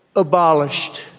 abolished,